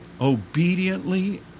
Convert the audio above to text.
obediently